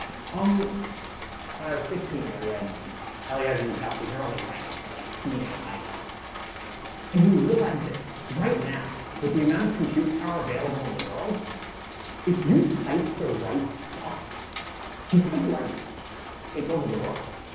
um when i was fifteen i read eliezer yudkowsky early writings on like ca eyes and stuff and you realized it right now with the amount of compute power available in the world if you typed the right stuff you could like take over the world.